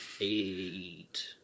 Eight